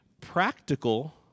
practical